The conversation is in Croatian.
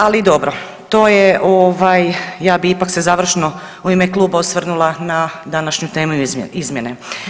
Ali dobro, to je ovaj, ja bi ipak se završno u ime kluba osvrnula na današnju temu i izmjene.